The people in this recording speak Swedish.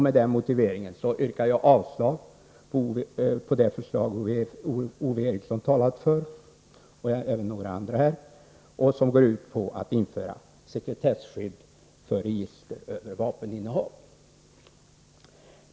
Med denna motivering yrkar jag avslag på det förslag som Ove Eriksson och även några andra talare har pläderat för och som går ut på att sekretesskydd skall införas för register över vapeninnehav.